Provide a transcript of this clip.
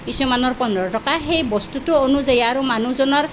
কিছুমানৰ পোন্ধৰ টকা সেই বস্তুটো অনুযায়ী আৰু মানুহজনৰ